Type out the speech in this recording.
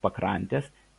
pakrantės